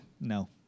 No